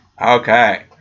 Okay